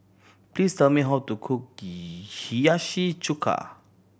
please tell me how to cook Hiyashi Chuka